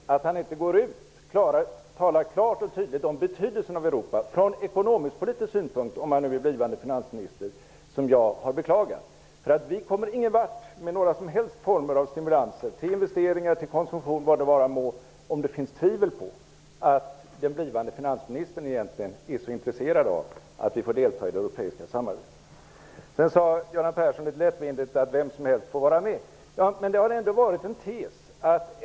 Det jag har beklagat är att han inte, om han nu är blivande finansminister, går ut och talar klart och tydligt om betydelsen av Europa från ekonomisk--politisk synpunkt. Vi kommer ingenvart med några som helst former av stimulanser till investeringar eller konsumtion eller vad det vara må om det finns tvivel på att den blivande finansministern är intresserad av att vi får delta i det europeiska samarbetet. Göran Persson sade litet lättvindigt att vem som helst får vara med i den regering Socialdemokraterna vill bilda.